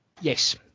Yes